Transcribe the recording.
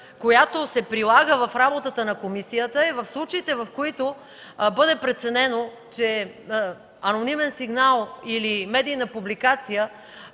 която се прилага в работата на комисията, е в случаите, в които бъде преценено, че анонимен сигнал или медийна публикация,